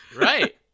Right